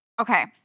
Okay